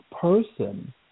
person